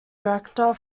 director